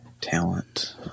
talent